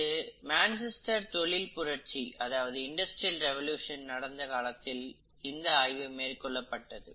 இது மான்செஸ்டரில் தொழில் புரட்சி நடந்த காலத்தில் இந்த ஆய்வு மேற்கொள்ளப்பட்டது